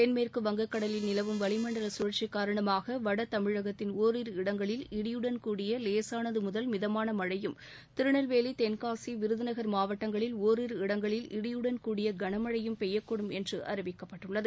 தென்மேற்கு வங்கக்கடலில் நிலவும் வளிமண்டல சுழற்சி காரணமாக வடதமிழகத்தின் ஒரிரு இடங்களில் இடியுடன் கூடிய லேசானது முதல் மிதமான மழையும் திருநெல்வேலி தென்காசி விருதுநகர் மாவட்டங்களில் ஒரிரு இடங்களில் இடியுடன் கூடிய களமழையும் பெய்யக்கூடும் என்று அறிவிக்கப்பட்டுள்ளது